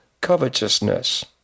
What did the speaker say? covetousness